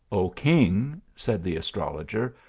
o king, said the astrologer,